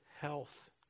health